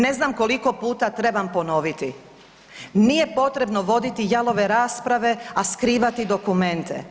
Ne znam koliko puta treba ponoviti, nije potrebno voditi jalove rasprave, a skrivati dokumente.